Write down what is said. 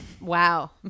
Wow